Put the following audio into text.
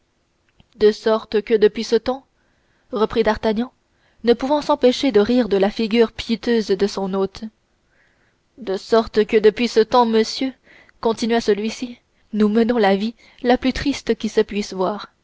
de sorte que depuis ce temps reprit d'artagnan ne pouvant s'empêcher de rire de la figure piteuse de son hôte de sorte que depuis ce temps monsieur continua celui-ci nous menons la vie la plus triste qui se puisse voir